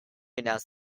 announced